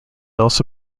also